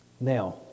Now